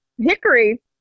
Hickory